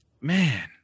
man